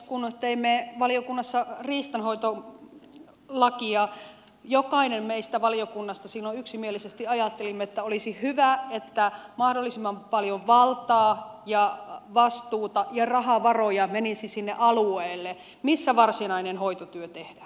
kun teimme valiokunnassa riistanhoitolakia me valiokunnassa jokainen meistä silloin yksimielisesti ajattelimme että olisi hyvä että mahdollisimman paljon valtaa vastuuta ja rahavaroja menisi sinne alueelle missä varsinainen hoitotyö tehdään